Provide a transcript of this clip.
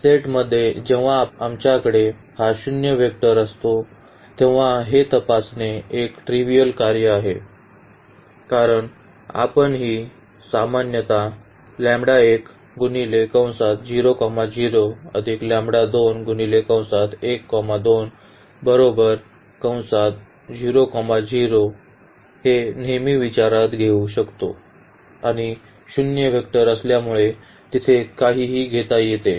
सेटमध्ये जेव्हा आमच्याकडे हा शून्य वेक्टर असतो तेव्हा हे तपासणे एक ट्रिव्हिअल कार्य आहे कारण आपण ही समानता नेहमी विचारात घेऊ शकतो आणि शून्य वेक्टर असल्यामुळे तिथे काहीही घेता येते